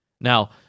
Now